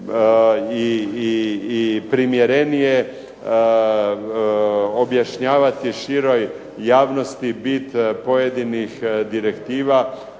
i primjerenije objašnjavati široj javnosti bit pojedinih direktiva,